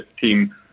team